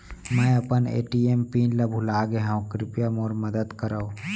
मै अपन ATM PIN ला भूलागे हव, कृपया मोर मदद करव